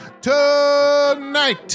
Tonight